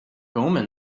omen